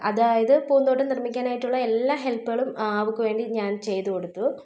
അതായത് പൂന്തോട്ടം നിർമ്മിക്കാനായിട്ടുള്ള എല്ലാ ഹെല്പുകളും അവൾക്ക് വേണ്ടി ഞാൻ ചെയ്ത് കൊടുത്തു